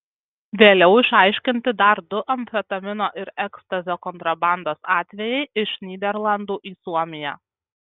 vėliau išaiškinti dar du amfetamino ir ekstazio kontrabandos atvejai iš nyderlandų į suomiją